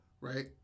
Right